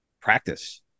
Practice